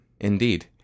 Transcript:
Indeed